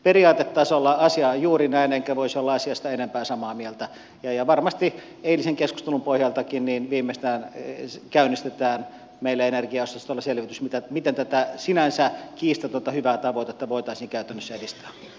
periaatetasolla asia on juuri näin enkä voisi olla asiasta enempää samaa mieltä ja varmasti eilisen keskustelun pohjaltakin viimeistään käynnistetään meillä energiaosastolla selvitys miten tätä sinänsä kiistatonta hyvää tavoitetta voitaisiin käytännössä edistää